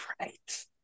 Right